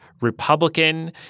Republican